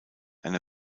einer